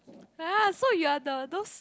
ah so you are the those